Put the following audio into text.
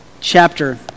chapter